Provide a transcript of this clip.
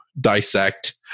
dissect